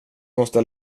måste